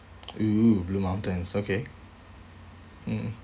!oo! blue mountains okay mm